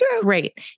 great